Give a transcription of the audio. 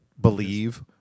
believe